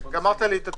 גמרת לי את התיק.